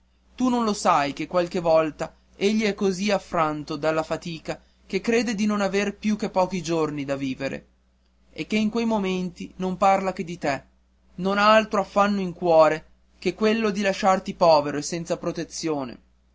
tu non lo sai che qualche volta egli è così affranto dalla fatica che crede di non aver più che pochi giorni da vivere e che in quei momenti non parla che di te non ha altro affanno in cuore che quello di lasciarti povero e senza protezione